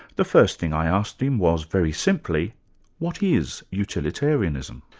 the first thing i asked him was very simply what is utilitarianism?